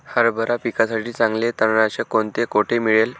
हरभरा पिकासाठी चांगले तणनाशक कोणते, कोठे मिळेल?